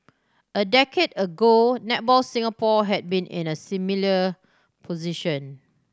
a decade ago Netball Singapore had been in a similar position